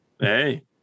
Hey